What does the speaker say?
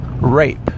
rape